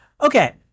Okay